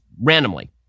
randomly